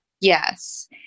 Yes